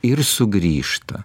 ir sugrįžta